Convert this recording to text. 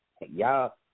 y'all